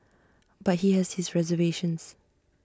but he has his reservations